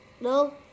No